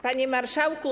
Panie Marszałku!